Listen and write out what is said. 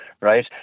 right